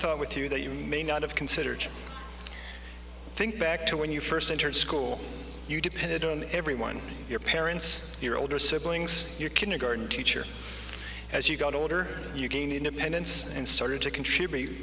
thought with you that you may not have considered think back to when you first entered school you depended on everyone your parents your older siblings your kindergarten teacher as you got older you gain independence and started to contribute